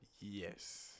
Yes